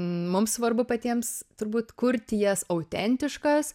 mums svarbu patiems turbūt kurti jas autentiškas